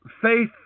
faith